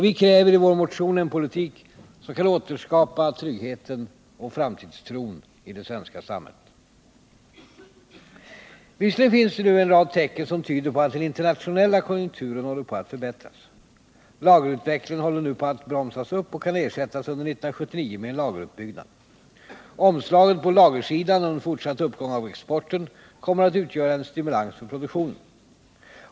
Vi kräver i vår motion en politik som återskapar tryggheten och framtidstron i det svenska samhället. Det finns visserligen nu en rad tecken som tyder på att den internationella konjunkturen håller på att förbättras. Lageravvecklingen håller nu på att bromsas upp och kan under 1979 ersättas med en lageruppbyggnad. Omslaget på lagersidan och en fortsatt uppgång av exporten kommer att utgöra en stimulans för produktionen.